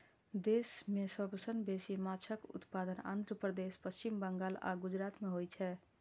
देश मे सबसं बेसी माछक उत्पादन आंध्र प्रदेश, पश्चिम बंगाल आ गुजरात मे होइ छै